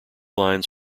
lines